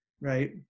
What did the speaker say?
right